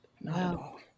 No